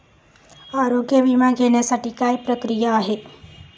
आरोग्य विमा घेण्यासाठी काय प्रक्रिया आहे?